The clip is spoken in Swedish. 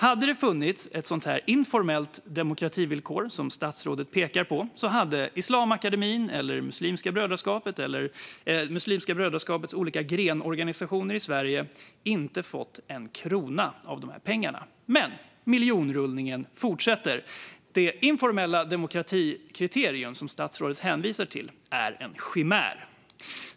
Hade det funnits ett sådant informellt demokrativillkor som statsrådet pekar på hade Islamakademin eller Muslimska brödraskapet eller Muslimska brödraskapets olika grenorganisationer i Sverige inte fått en krona av dessa pengar. Men miljonrullningen fortsätter. Det informella demokratikriterium som statsrådet hänvisar till är en chimär.